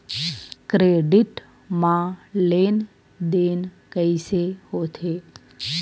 Credit मा लेन देन कइसे होथे?